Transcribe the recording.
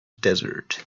desert